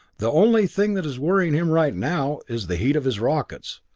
the only thing that is worrying him right now is the heat of his rockets.